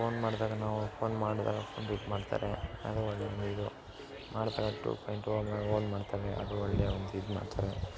phone ಮಾಡಿದಾಗ ನಾವು phone ಮಾಡಿದಾಗ ಪಿಕ್ ಮಾಡ್ತಾರೆ ಅದು ಒಳ್ಳೆಯ ಒಂದು ಇದು ಮಾಡಿದಾಗ ಟೂ ಪಾಯಿಂಟ್ ಓ ಮಾಡ್ತಾರೆ ಅದು ಒಳ್ಳೆಯ ಒಂದು ಇದು ಮಾಡ್ತಾರೆ